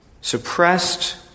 suppressed